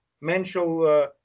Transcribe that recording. mental